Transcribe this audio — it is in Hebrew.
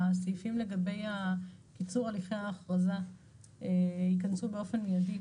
הסעיפים לגבי קיצור הליכי האכרזה יכנסו באופן מידי,